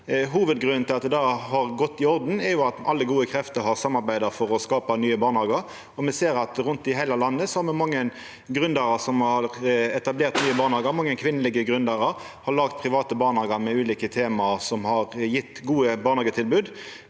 Hovudgrunnen til at det har gått i orden, er at alle gode krefter har samarbeidd for å skapa nye barnehagar, og me ser at rundt i heile landet har me mange gründerar som har etablert nye barnehagar. Mange kvinnelege gründerar har laga private barnehagar med ulike tema, noko som som har gjeve gode barnehagetilbod.